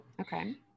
Okay